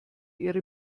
ihre